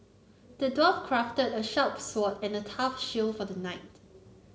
the dwarf crafted a sharp sword and a tough shield for the knight